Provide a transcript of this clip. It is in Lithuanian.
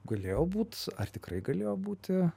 galėjo būt ar tikrai galėjo būti